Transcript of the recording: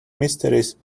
mysteries